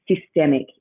systemic